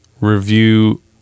review